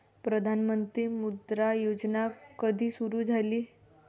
प्रधानमंत्री मुद्रा योजना कधी सुरू झाली?